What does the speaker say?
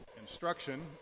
Instruction